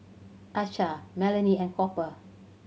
Achsah Melony and Cooper